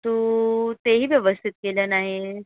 तू तेही व्यवस्थित केलं नाही